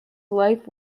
life